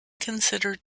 considered